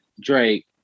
Drake